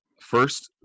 First